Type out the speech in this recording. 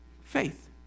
faith